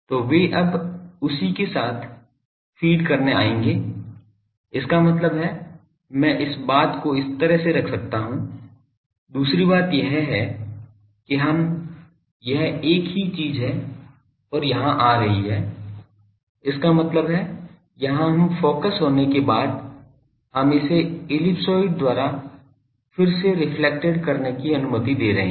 तो वे अब उसी के द्वारा फ़ीड करने आएंगे इसका मतलब है मैं इस बात को इसी तरह से रख सकता हूं दूसरी बात यह है कि यह एक ही चीज है और यहां आ रही है इसका मतलब है यहाँ हम फोकस होने के बाद हम इसे इलिप्सॉइड द्वारा फिर से रेफ्लेक्टेड करने की अनुमति दे रहे हैं